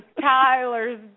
Tyler's